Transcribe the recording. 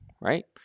Right